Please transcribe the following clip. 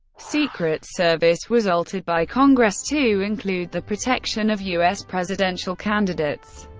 secret service was altered by congress to include the protection of u s. presidential candidates.